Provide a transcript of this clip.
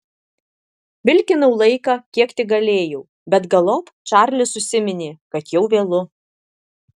vilkinau laiką kiek tik galėjau bet galop čarlis užsiminė kad jau vėlu